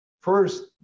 First